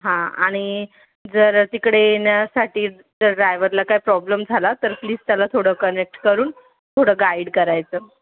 हां आणि जर तिकडे नेण्यासाठी जर ड्रायव्हरला काही प्रॉब्लेम झाला तर प्लीज त्याला थोडं कनेक्ट करून थोडं गाईड करायचं